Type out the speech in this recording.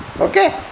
Okay